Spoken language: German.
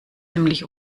ziemlich